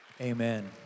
Amen